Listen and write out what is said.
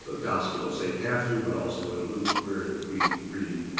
ah gospel of st. matthew, but also in luke, where we read,